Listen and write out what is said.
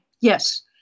Yes